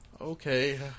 okay